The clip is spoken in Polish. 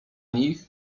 nich